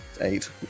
eight